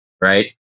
right